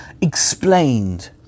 explained